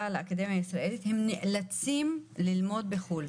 לאקדמיה הישראלית הם נאלצים ללמוד בחו"ל.